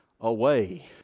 away